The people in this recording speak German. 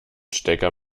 stecker